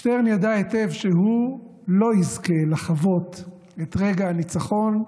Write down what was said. שטרן ידע היטב שהוא לא יזכה לחוות את רגע הניצחון,